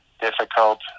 difficult